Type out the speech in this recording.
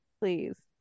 please